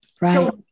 Right